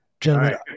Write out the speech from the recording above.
Gentlemen